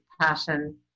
passion